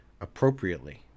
appropriately